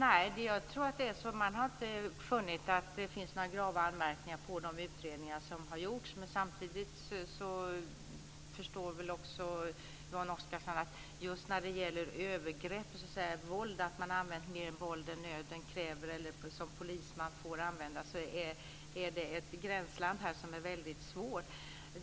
Fru talman! Man har inte funnit anledning att göra några grava anmärkningar mot de utredningar som har gjorts. Också Yvonne Oscarsson förstår väl att det när det gäller om det har använts mer våld än nöden kräver eller än vad man som polisman får använda finns ett väldigt svårt gränsland.